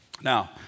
Now